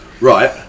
Right